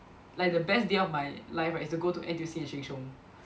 like the best day of my life right is to go to N_T_U_C and Sheng-Siong